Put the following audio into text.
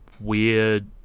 weird